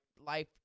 life